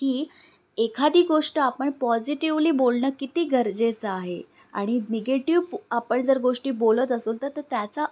की एखादी गोष्ट आपण पॉझिटिवली बोलणं किती गरजेचं आहे आणि निगेटिव आपण जर गोष्टी बोलत असू तर तर त्याचा